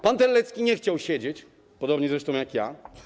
Pan Terlecki nie chciał siedzieć, podobnie zresztą jak ja.